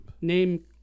Name